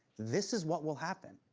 this is what will happen.